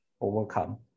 overcome